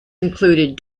included